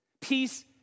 Peace